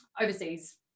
overseas